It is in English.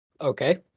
Okay